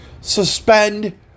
suspend